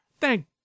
thank